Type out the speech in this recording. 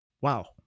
Wow